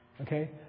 Okay